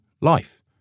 life